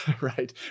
right